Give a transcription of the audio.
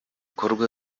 bikorwa